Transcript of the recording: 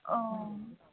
औ